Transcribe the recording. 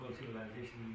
civilization